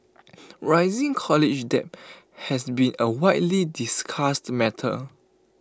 rising college debt has been A widely discussed matter